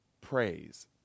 Praise